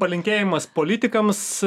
palinkėjimas politikams